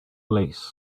lace